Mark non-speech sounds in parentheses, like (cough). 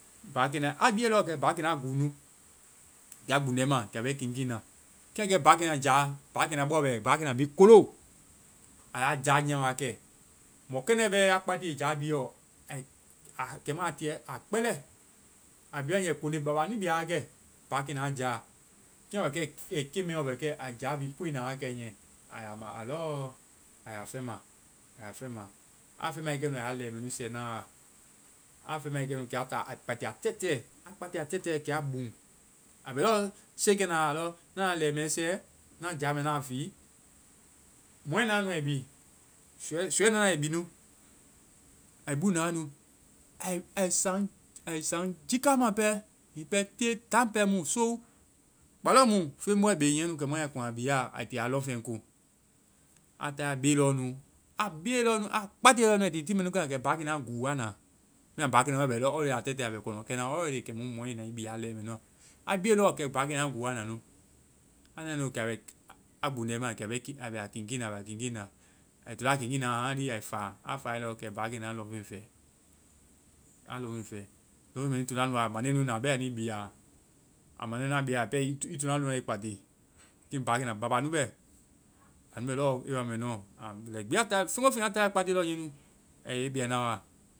Páakenaa, a biiye lɔ kɛ páakenaa gúu nu. Kɛ a gbuŋdɛ i ma. Kɛ a bɛ i kiikiin na. páakenaa jaa, páakenaa bɔ bɛ. páakenaa bhii kolo! Ai a jáa nyia wa kɛ. Mɔkɛndɛ́ bɛɛ ya kpatiie jaa bi lɔ, ai-kɛmu ai tiiɛ, a kpɛlɛ. A bi wae nge, ai koŋnde baba nu bia wa kɛ, páakenaaa jaa. Kiimu a bɛ kɛ, keŋmɛ lɔ bɛ kɛ, a jaa mɛ nui kwe na kɛ niiɛ a ya ma lɔɔ. A ya fɛŋma. A ya fɛŋma. Aa fɛŋmae kɛ, a ya lɛ mɛ nu sɛ na wa. A ya fɛŋmae kɛnu, kɛ a taa ai tii a tɛtɛ. A kpatiie a tɛtɛ kɛ a buŋ. A bɛ lɔɔ siiekɛna, a lɔ, na na lɛ mɛ sɛ, na jaa mɛ naa fii, mɔɛ na nu ai bii. Suɛ-suuɛ na ai bii nu. Ai buŋ na wa nu. Ai-a- saŋ-ai saŋ gika ma pɛ. Hiŋi pɛ te taŋ pɛ mu. Soou! Kpaŋ lɔɔ mu feŋ bɔ ai be hɛŋ nu kɛmu a kuŋ a bia, ai ti a lɔŋfeŋ ko. A taae a be lɔɔ nu-a be lɔɔ nu, a kpatiie wae, ai ti tiŋmɛ nu kɛ na, kɛ páakenaa guu a na. Bɛma páakenaa wae bɛ lɔɔ already a tɛtɛ a bɛ kɔnɔkɛna already kɛmu mɔi na i bi a lɛ mɛ nuɔ. A biie lɔɔ kɛ páakenaa guu a na nu. A nae nu kɛ a bɛ-a gbundɛ i ma a bɛ i-a bɛ a kiinkiin na, a bɛ a kiinkii na. Ai toa a kiinkiin na haŋlii ai faa. A fae lɔɔ kɛ páakenaa lɔŋfeŋ fɛ. A lɔŋfeŋ fɛ. Lɔŋfeŋ mɛ nui to na wa nu a mande nui na bɛɛ anui bii a ɔ. A mande nua biae a ɔ, a pɛ-i to na nu wa i kpati. Páakenaa ba ba nu bɛ. Anu bɛ lɔɔ area mɛ nuɔ. (unintelligible) a lɛi gbi a taae-feŋ ngo feŋ a táae páakenaa (unintelligible) a yɛ i bia wa.